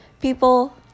people